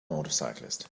motorcyclist